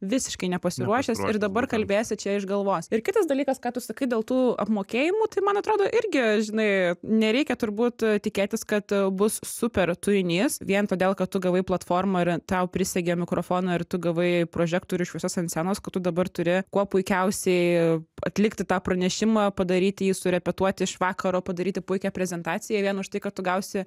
visiškai nepasiruošęs ir dabar kalbėsi čia iš galvos ir kitas dalykas ką tu sakai dėl tų apmokėjimų tai man atrodo irgi žinai nereikia turbūt tikėtis kad bus super turinys vien todėl kad tu gavai platformą ir tau prisegė mikrofoną ir tu gavai prožektorių šviesos ant scenos kad tu dabar turi kuo puikiausiai atlikti tą pranešimą padaryti jį surepetuoti iš vakaro padaryti puikią prezentaciją vien už tai kad tu gausi